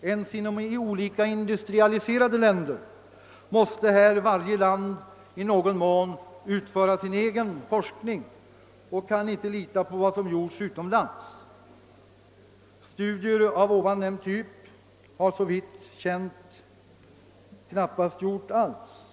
ens inom olika industrialiserade länder måste här varje land i någon mån utföra sin egen forskning och kan inte lita på vad som gjorts utomlands. Studier av denna typ har såvitt känt är knappast gjorts alls.